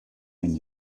when